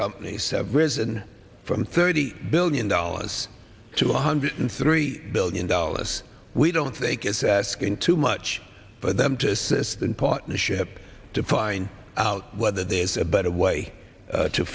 companies have risen from thirty billion dollars to one hundred three billion dollars we don't think it's asking too much for them to this than partnership to find out whether there's a better way to